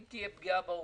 אם תהיה פגיעה בעובדים,